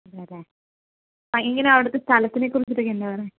അതെയല്ലേ ആ എങ്ങനെയാണ് അവിടുത്തെ സ്ഥലത്തിനെക്കുറിച്ചിട്ടൊക്കെ എന്താ പറയുക